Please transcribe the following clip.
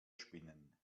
spinnen